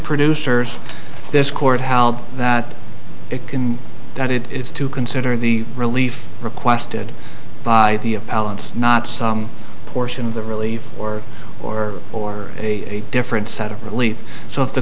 producers this court held that it can that it is to consider the relief requested by the appellant not some portion of the relief or or or a different set of relief so if the